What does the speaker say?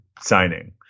signing